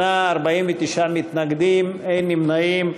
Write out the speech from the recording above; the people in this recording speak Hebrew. בעד, 38, 49 נגד, אין נמנעים.